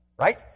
right